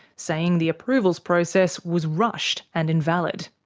saying the approvals process was rushed and invalid.